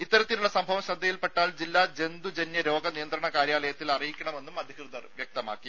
ഇത്തരത്തിലുളള സംഭവം ശ്രദ്ധയിൽപ്പെട്ടാൽ ജില്ലാ ജന്തു ജന്യ രോഗ നിയന്ത്രണ കാര്യാലയത്തിൽ അറിയിക്കണമെന്നും അധികൃതർ വ്യക്തമാക്കി